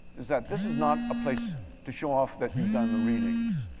is that this is not a place to show off that you've done the readings.